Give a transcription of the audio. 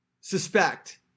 suspect